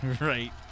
Right